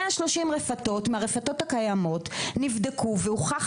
130 רפתות מהרפתות הקיימות נבדקו והוכח